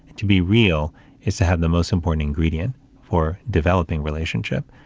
to be real is to have the most important ingredient for developing relationship.